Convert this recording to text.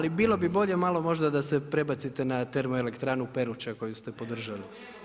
Ali bilo bi bolje malo možda da se prebacite na termoelektranu Peruća koju ste podržali.